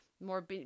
more